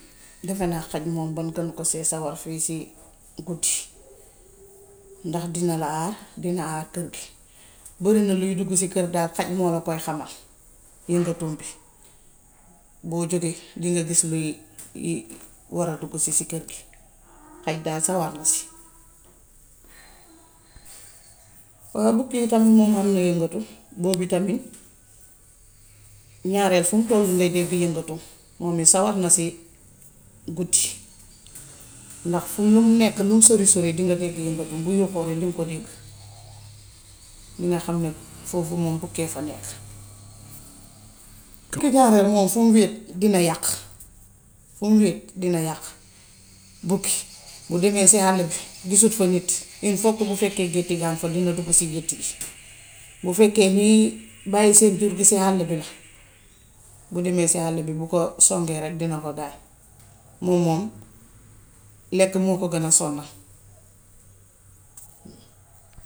Defe naa xaj moom ban gënu ko see sawor fii si guddi ndax dina la aar dina aar kër gi. Bërina luy duggu ci kër daal xaj moo la koy xamal. Yëngëtoom bi, boo jógee dina gis luy liy war a duggsi si kër gi. Xaj daal sawor na si. Waaw bukki itam moom ham na yëngatu. Boobu tamit ñaare fum tollu nga dégg yëngatu. Moom it sawar na si guddi ndax fu mu nekk lum sori sori dinga dégg yëngatoom. Bu yuuxoo rekk diŋ ko dégg. Diŋa xam ne foofu moom bukkee fa nekk. Ki ci des nag moom fu mu wéet dina yàq, fu mu wéet. Bukki, bu demee si hàll bi, gisu fa nit, in faut que bu fekkee gétt gaa nga fa dina dugg si gétt gi. Bu fekkee ñii bàyyi seen jur gi si hàll bi la. Bu deemee si hàll bi, bu ko songee rekk dina ko gaañ. Moom moom lekk moo ko gën a sonal.